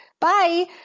Bye